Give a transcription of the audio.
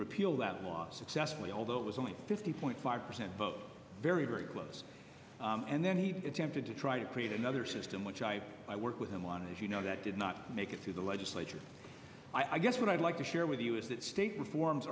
repeal that law successfully although it was only fifty point five percent vote very very close and then he attempted to try to create another system which i i work with him on it as you know that did not make it through the legislature i guess what i'd like to share with you is that state reforms